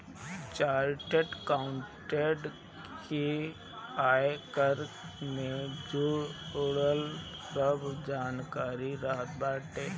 chartered accountant के आयकर से जुड़ल सब जानकारी रहत बाटे